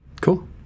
Cool